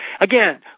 Again